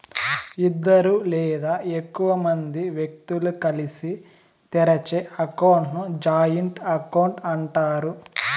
ఇద్దరు లేదా ఎక్కువ మంది వ్యక్తులు కలిసి తెరిచే అకౌంట్ ని జాయింట్ అకౌంట్ అంటారు